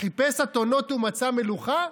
חיפש אתונות ומצא מלוכה?